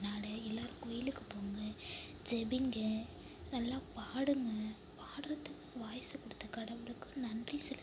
அதனால் எல்லோரும் கோவிலுக்கு போங்கள் ஜெபிங்கள் நல்லா பாடுங்கள் பாடுகிறத்துக்கு வாய்ஸு கொடுத்த கடவுளுக்கு நன்றி செலுத்துங்கள்